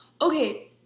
Okay